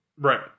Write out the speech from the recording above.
Right